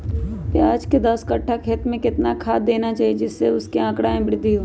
प्याज के दस कठ्ठा खेत में कितना खाद देना चाहिए जिससे उसके आंकड़ा में वृद्धि हो?